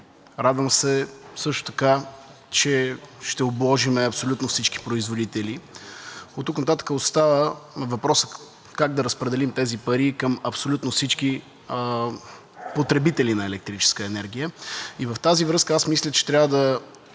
Радвам се също така, че ще обложим абсолютно всички производители. Оттук нататък остава въпросът как да разпределим тези пари към абсолютно всички потребители на електрическа енергия. В тази връзка аз мисля, че трябва да